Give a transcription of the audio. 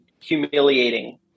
humiliating